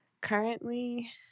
Currently